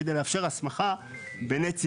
כדי לאפשר הסמכה בנס ציונה,